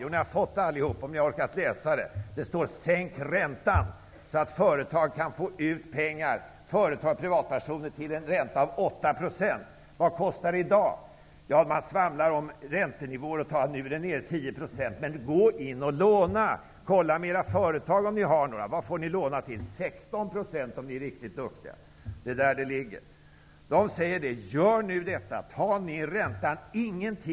Ni har alla fått brevet -- om ni nu har orkat läsa det! Där står: ''Sänk räntan, så att företag och privatpersoner kan få låna pengar till en ränta av Vad kostar det i dag att låna pengar? Ja, man svamlar om räntenivåer och hävdar att de är nere i 10 %. Men gå in på en bank för att låna pengar! Kolla med era företag -- om ni har några -- till vilken ränta ni får låna. 16 % om ni är riktigt duktiga! Det är där räntenivån ligger. Företagarna säger alltså att räntan måste sänkas.